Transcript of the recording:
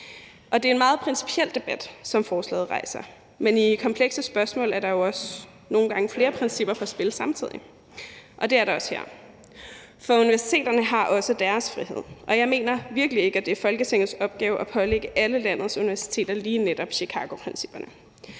Det er en meget principiel debat, som forslaget rejser, men i komplekse spørgsmål er der jo også nogle gange flere principper på spil samtidig, og det er der også her. For universiteterne har også deres frihed, og jeg mener virkelig ikke, at det er Folketingets opgave at pålægge alle landets universiteter lige netop Chicagoprincipperne.